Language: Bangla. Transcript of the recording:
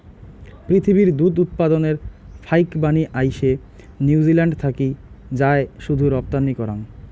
পিথীবির দুধ উৎপাদনের ফাইকবানী আইসে নিউজিল্যান্ড থাকি যায় শুধু রপ্তানি করাং